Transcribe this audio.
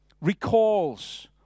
recalls